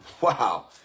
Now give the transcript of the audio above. Wow